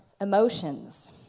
emotions